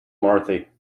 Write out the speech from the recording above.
marthe